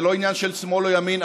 זה לא עניין של שמאל או ימין,